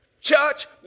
Church